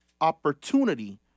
opportunity